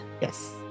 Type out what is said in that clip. yes